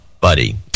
buddy